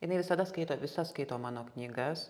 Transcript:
jinai visada skaito visas skaito mano knygas